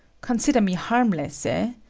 consider me harmless, ah?